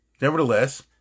nevertheless